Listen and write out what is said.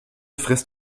frist